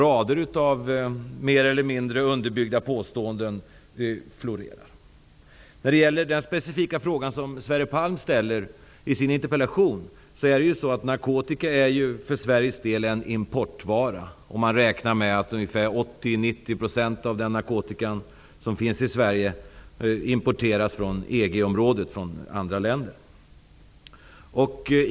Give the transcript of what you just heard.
Rader av mer eller mindre underbyggda påståenden florerar. När det gäller den specifika fråga som Sverre Palm ställer i sin interpellation, är narkotika för Sveriges del en importvara. Man räknar med att ca 80--90 % av den narkotika som finns i Sverige importeras från EG-området.